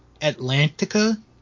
Atlantica